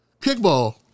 Kickball